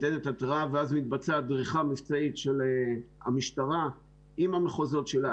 ניתנת התראה ואז מתבצעת דריכה מבצעית של המשטרה עם המחוזות שלה,